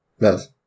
Yes